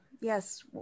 Yes